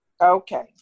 Okay